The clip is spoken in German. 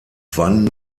wann